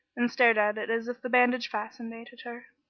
and stared at it as if the bandage fascinated her.